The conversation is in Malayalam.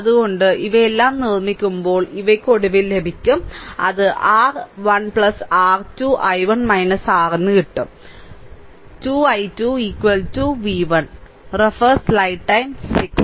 അതിനാൽ ഇവയെല്ലാം നിർമ്മിക്കുമ്പോൾ ഇവയ്ക്ക് ഒടുവിൽ ലഭിക്കും അത് R 1 R 2 I1 R വരുന്നു 2 I2 v 1